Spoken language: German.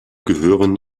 gehören